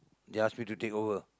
they ask me to take over